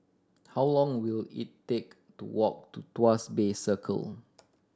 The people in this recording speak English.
how long will it take to walk to Tuas Bay Circle